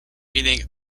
meaning